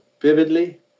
vividly